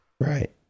Right